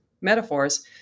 metaphors